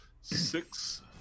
Six